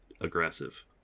aggressive